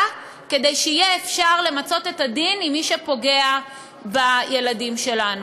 כדי שאפשר יהיה למצות את הדין עם מי שפוגע בילדים שלנו.